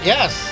Yes